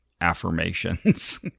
affirmations